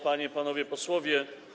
Panie i Panowie Posłowie!